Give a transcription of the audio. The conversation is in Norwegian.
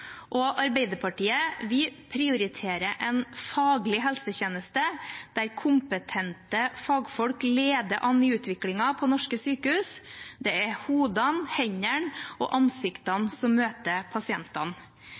prioriterer en faglig helsetjeneste der kompetente fagfolk leder an i utviklingen på norske sykehus. Det er hodene, hendene og ansiktene som møter pasientene.